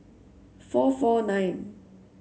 four four nine